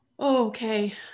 okay